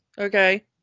okay